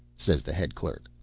says the head clerk.